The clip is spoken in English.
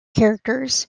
characters